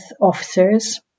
officers